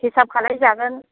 हिसाब खालायजागोन